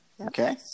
Okay